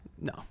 No